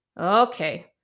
Okay